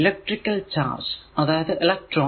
electrical charge അതായതു electron